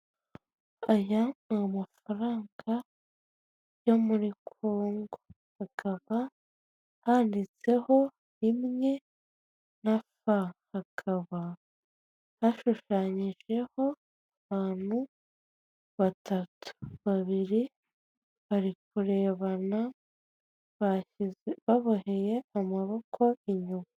Aya ni amafaranga yo muri Kongo, hakaba handitseho rimwe na fa; hakaba hashushanyijeho abantu batatu. Babiri bari kurebana baboheye amaboko inyuma.